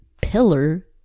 pillar